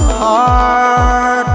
heart